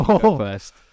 first